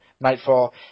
Nightfall